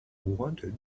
wanted